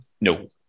No